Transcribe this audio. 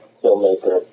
filmmaker